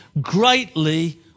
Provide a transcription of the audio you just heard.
greatly